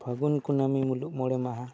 ᱯᱷᱟᱹᱜᱩᱱ ᱠᱩᱱᱟᱹᱢᱤ ᱢᱩᱞᱩᱜ ᱢᱚᱬᱮ ᱢᱟᱦᱟ